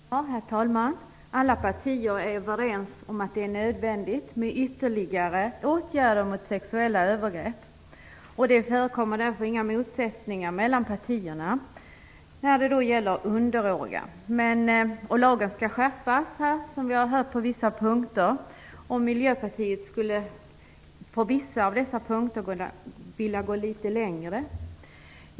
Herr talman! Alla partier är överens om att det är nödvändigt med ytterligare åtgärder mot sexuella övergrepp. Det förekommer därför inga motsättningar mellan partierna när det gäller minderåriga. Som vi här har hört skall lagen skärpas på vissa punkter. Miljöpartiet skulle på vissa av punkterna vilja gå litet längre.